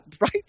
right